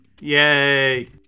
Yay